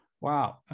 Wow